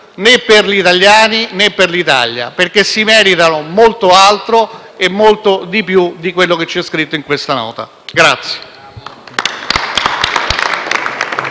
né per gli italiani né per l'Italia, perché si meritano molto altro e molto di più di quanto che c'è scritto in questa Nota.